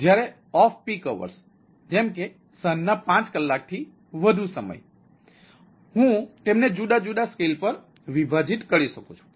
જ્યારે off peak hours જેમ કે 1700 કલાકથી વધુ સમયમાં હું તેમને જુદા જુદા સ્કેલ પર વિભાજિત કરી શકું છું